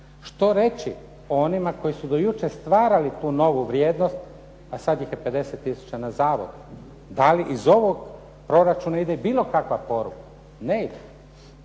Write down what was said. Što će reći o onima koji su do jučer stvarali tu novu vrijednost a sad ih je 50 tisuća na zavodu. Da li iz ovog proračuna ide bilo kakva poruka? Ne ide.